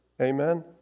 Amen